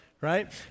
right